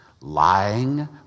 lying